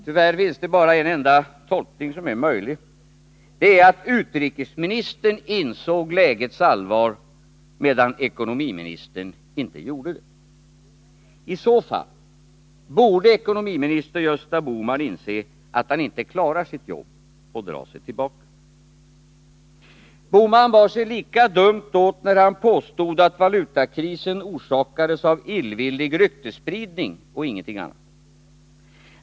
Tyvärr är endast en tolkning möjlig, nämligen den att utrikesministern insåg lägets allvar, medan ekonomiministern inte gjorde det. I så fall borde ekonomiminister Gösta Bohman inse att han inte klarar sitt jobb och dra sig tillbaka. Herr Bohman bar sig lika dumt åt när han påstod att valutakrisen orsakades av illvillig ryktesspridning och ingenting annat.